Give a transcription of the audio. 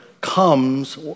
comes